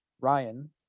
Ryan